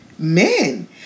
Men